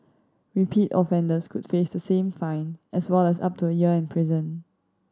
repeat offenders could face the same fine as well as up to a year in prison